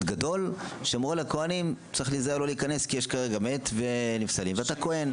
גדול שאומרת לכוהנים צריך להיזהר לא להיכנס כי יש כרגע מת ואתה כהן.